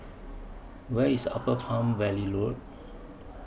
Where IS Upper Palm Valley Road